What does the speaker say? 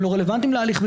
הם לא רלוונטיים להליך.